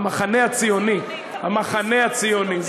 המחנה הציוני, המחנה הציוני.